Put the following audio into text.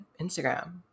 Instagram